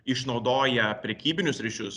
išnaudoja prekybinius ryšius